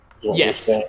Yes